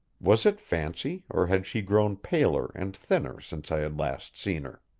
was it fancy, or had she grown paler and thinner since i had last seen her?